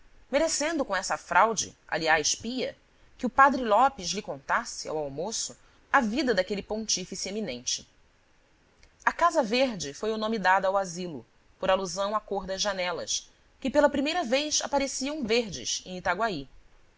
merecendo com essa fraude aliás pia que o padre lopes lhe contasse ao almoço a vida daquele pontífice eminente a casa verde foi o nome dado ao asilo por alusão à cor das janelas que pela primeira vez apareciam verdes em itaguaí